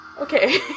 Okay